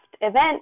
event